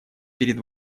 перед